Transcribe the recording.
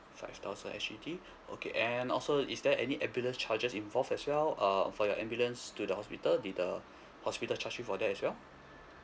five thousand S_G_D okay and also is there any ambulance charges involved as well uh for your ambulance to the hospital did the hospital charge you for that as well